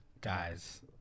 guys